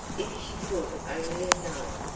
if she could only have known!